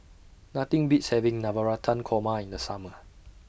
Nothing Beats having Navratan Korma in The Summer